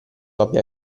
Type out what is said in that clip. abbia